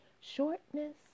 Shortness